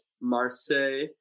Marseille